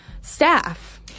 staff